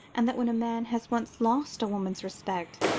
and that when a man has once lost a woman's respect,